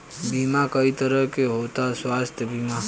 बीमा कई तरह के होता स्वास्थ्य बीमा?